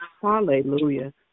Hallelujah